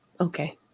Okay